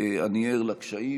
אני ער לקשיים,